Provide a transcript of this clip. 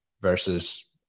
versus